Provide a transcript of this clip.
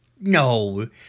No